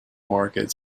market